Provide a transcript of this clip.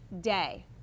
day